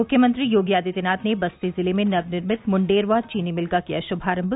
मुख्यमंत्री योगी आदित्यनाथ ने बस्ती जिले में नव निर्मित मुंडेरवा चीनी मिल का किया शुभारम्म